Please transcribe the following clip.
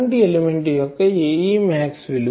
current element యొక్క Ae max విలువ 0